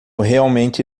realmente